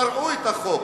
פרעו את החוק.